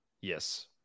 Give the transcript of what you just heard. Yes